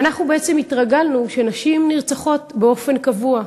אנחנו בעצם התרגלנו שנשים נרצחות באופן קבוע,